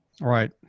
Right